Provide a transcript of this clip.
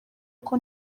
kuko